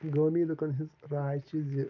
گٲمی لوٗکَن ہنٛز راے چھِ زِ